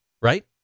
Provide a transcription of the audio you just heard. Right